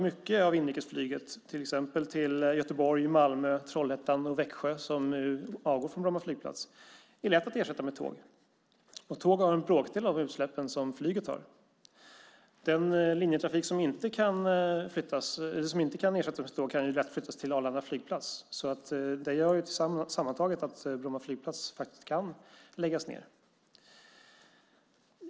Mycket av inrikesflyget till exempel till Göteborg, Malmö, Trollhättan och Växjö som avgår från Bromma flygplats är lätt att ersätta med tåg. Tåg har bråkdelen av de utsläpp som flyget har. Den linjetrafik som inte kan ersättas med tåg kan lätt flyttas till Arlanda flygplats. Det gör sammantaget att Bromma flygplats kan läggas ned.